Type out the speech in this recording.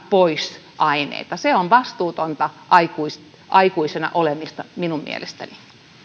pois aineita se on vastuutonta aikuisena aikuisena olemista minun mielestäni